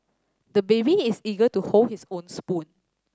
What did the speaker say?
the baby is eager to hold his own spoon